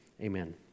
amen